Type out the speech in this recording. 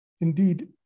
Indeed